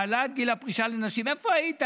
העלאת גיל הפרישה לנשים, איפה היית?